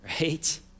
right